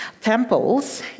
Temples